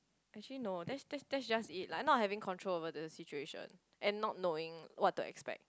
actually no that's that's that's just it like not having control over the situation and not knowing what to expect